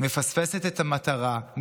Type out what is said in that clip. מפספסת את המטרה,